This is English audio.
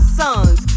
sons